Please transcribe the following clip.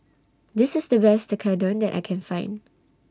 This IS The Best Tekkadon that I Can Find